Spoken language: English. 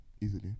easily